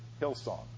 Hillsong